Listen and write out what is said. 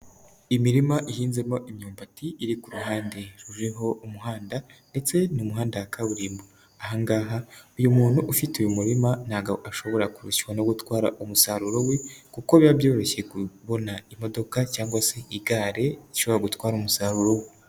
Imirima ihinzemo imyumbati. Iri ku ruhande ruriho umuhanda ndetse n'umuhanda wa kaburimbo. Aha ngaha uyu muntu ufite uyu murima ntabwo ashobora kurushywa no gutwara umusaruro we kuko biba byoroshye kubona imodoka cyangwa se igare rishobora gutwara umusaruro we.